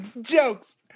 Jokes